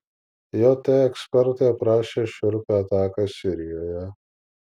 jt ekspertai aprašė šiurpią ataką sirijoje